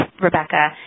Rebecca